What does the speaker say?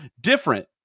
different